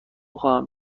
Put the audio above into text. خواهم